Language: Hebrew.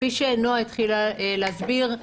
כפי שנעה התחילה להסביר,